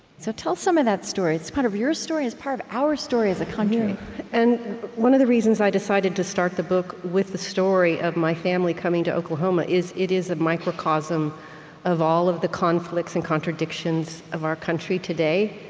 so tell some of that story. it's part of your story, and it's part of our story as a country and one of the reasons i decided to start the book with the story of my family coming to oklahoma is, it is a microcosm of all of the conflicts and contradictions of our country today.